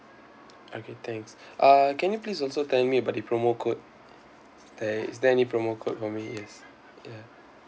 okay thanks uh can you please also tell me about the promo code there is there any promo code for me yes ya